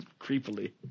creepily